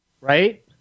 Right